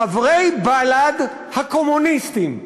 חברי בל"ד הקומוניסטים,